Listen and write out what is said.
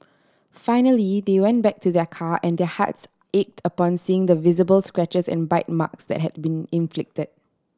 finally they went back to their car and their hearts ached upon seeing the visible scratches and bite marks that had been inflicted